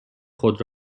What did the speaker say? خود